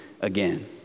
again